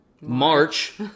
March